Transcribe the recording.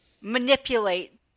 manipulate